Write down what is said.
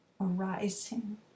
arising